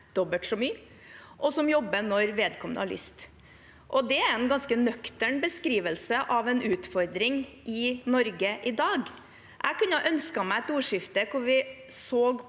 dobbelt så mye, og som jobber når vedkommende har lyst. Det er en ganske nøktern beskrivelse av en utfordring i Norge i dag. Jeg kunne ønsket meg et ordskifte hvor vi så på